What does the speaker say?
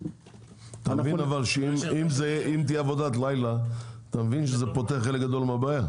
אתה מבין שאם תהיה עבודת לילה זה פותר חלק גדול מהבעיה.